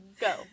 Go